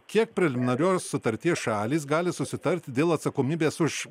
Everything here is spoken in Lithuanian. kiek preliminarios sutarties šalys gali susitarti dėl atsakomybės už